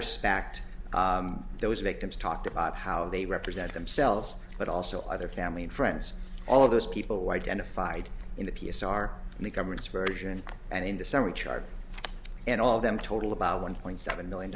respect those victims talked about how they represent themselves but also other family and friends all of those people identified in the piece are in the government's version and into someone charged and all of them total about one point seven million